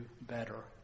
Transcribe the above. better